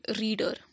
reader